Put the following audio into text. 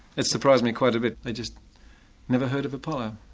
it surprised me quite a bit. they'd just never heard of apollo.